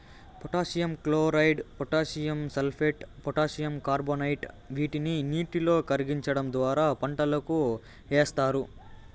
potassium chloride, potassium sulphate, potassium carbonate వీటిని నీటిలో కరిగించడం ద్వారా పంటలకు ఏస్తారు